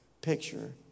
picture